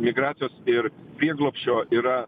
migracijos ir prieglobsčio yra